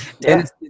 Dennis